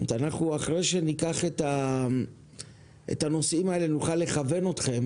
אנחנו אחרי שניקח את הנושאים האלה נוכל לכוון אתכם